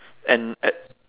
and at